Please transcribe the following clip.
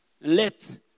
Let